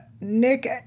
nick